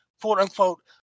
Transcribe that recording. quote-unquote